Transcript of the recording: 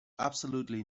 absolutely